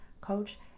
coach